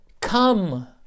Come